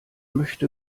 möchte